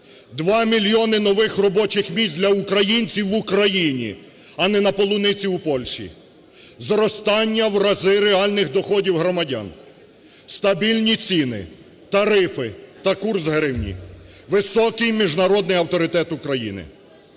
2 мільйони робочих місць для українців в Україні, а не на полуниці у Польщі; зростання в рази реальних доходів громадян, стабільні ціни, тарифи та курс гривні; високий міжнародний авторитет України.